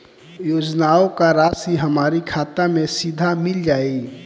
योजनाओं का राशि हमारी खाता मे सीधा मिल जाई?